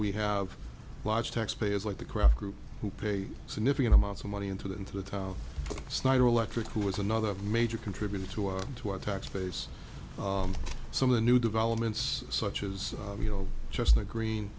we have large tax payers like the kraft group who paid significant amounts of money into the into the town snyder electric who was another major contributor to our to our tax base some of the new developments such as you know just the green